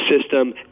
system